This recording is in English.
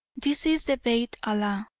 this is the beit allah,